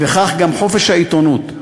וכך גם חופש העיתונות,